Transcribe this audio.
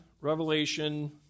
Revelation